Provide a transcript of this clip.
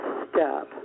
step